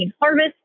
harvest